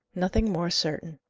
nothing more certain.